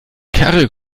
karre